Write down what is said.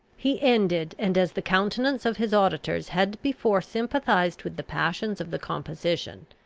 he ended and, as the countenances of his auditors had before sympathised with the passions of the composition,